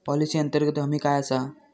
Policy अंतर्गत हमी काय आसा?